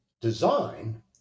design